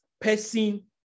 person